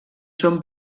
són